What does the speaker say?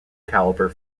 calibre